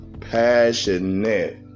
passionate